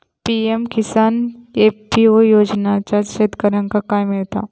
PM Kisan FPO योजनाच्यात शेतकऱ्यांका काय मिळता?